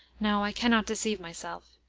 no, i can not deceive myself.